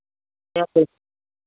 कैसे